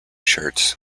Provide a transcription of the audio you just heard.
shirts